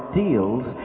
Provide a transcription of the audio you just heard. deals